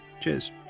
Cheers